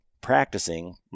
practicing